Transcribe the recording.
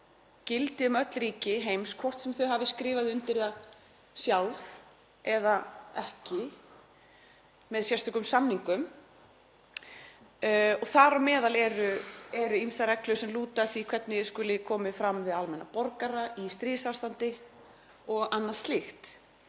gildi um öll ríki heims, hvort sem þau hafa skrifað undir það sjálf eða ekki með sérstökum samningum. Þar á meðal eru ýmsar reglur sem lúta að því hvernig skuli komið fram við almenna borgara í stríðsástandi og annað slíkt.